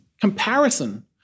comparison